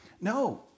No